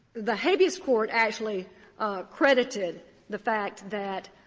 the habeas court actually credited the fact that